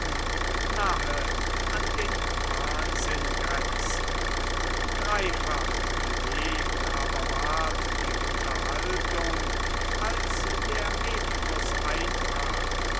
nahe an den wahnsinn grenzen dreifach belebt aber ward die unterhaltung als der medikus eintrat